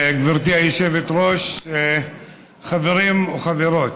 גברתי היושבת-ראש, חברים וחברות,